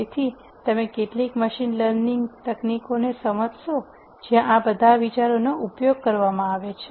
તેથી તમે કેટલીક મશીન લર્નિંગ તકનીકોને સમજશો જ્યાં આ બધા વિચારોનો ઉપયોગ કરવામાં આવે છે